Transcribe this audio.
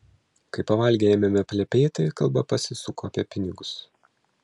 kai pavalgę ėmėme plepėti kalba pasisuko apie pinigus